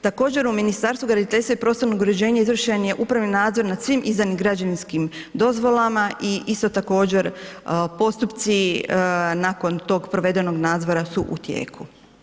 Također u Ministarstvu graditeljstva i prostornog uređenja izvršen je upravni nadzor nad svim izdanim građevinskim dozvolama i isto također postupci nakon tog provedenog nadzora su u tijeku.